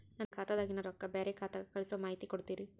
ನನ್ನ ಖಾತಾದಾಗಿನ ರೊಕ್ಕ ಬ್ಯಾರೆ ಖಾತಾಕ್ಕ ಕಳಿಸು ಮಾಹಿತಿ ಕೊಡತೇರಿ?